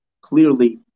clearly